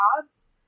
jobs